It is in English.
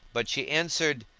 but she answered,